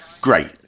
great